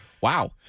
wow